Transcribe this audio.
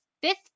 fifth